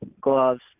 gloves